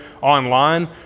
online